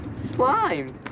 slime